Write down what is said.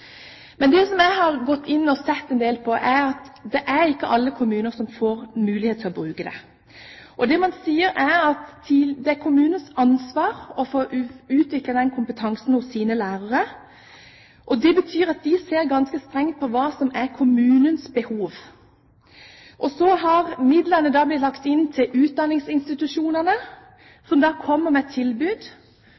Men det jeg har gått inn og sett en del på, er at det er ikke alle kommuner som får mulighet til å bruke det. Det man sier, er at det er kommunenes ansvar å få utviklet kompetansen hos sine lærere, og det betyr at de ser ganske strengt på hva som er kommunens behov. Så har midlene blitt lagt til utdanningsinstitusjonene,